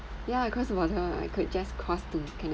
yeah cross border I could just cross to canada